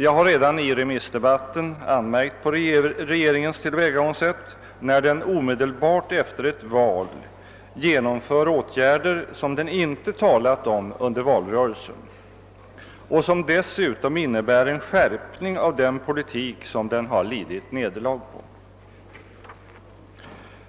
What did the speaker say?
Jag har redan i remissdebatten anmärkt på regeringens tillvägagångssätt när den omedelbart efter ett val vidtar åtgärder som den inte talade om under valrörelsen och som dessutom innebär en skärpning av den politik som regeringspartiet har lidit nederlag på.